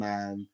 Man